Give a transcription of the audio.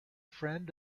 friend